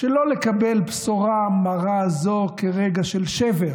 שלא לקבל בשורה מרה זו כרגע של שבר